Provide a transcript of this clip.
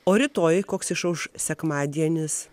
o rytoj koks išauš sekmadienis